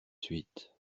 suite